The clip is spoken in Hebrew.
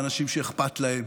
באנשים שאכפת להם,